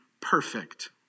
perfect